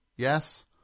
Yes